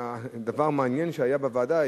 דבר מעניין שהיה בוועדה,